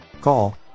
Call